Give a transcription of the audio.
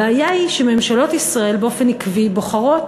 הבעיה היא שממשלות ישראל באופן עקבי בוחרות